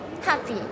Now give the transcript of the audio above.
Happy